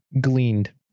gleaned